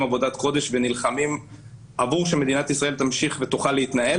עבודת קודש ונלחמים כדי שמדינת ישראל תמשיך להתנהל